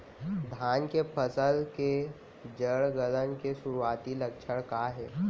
धान के फसल के जड़ गलन के शुरुआती लक्षण का हे?